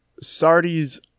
Sardis